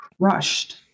crushed